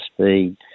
speed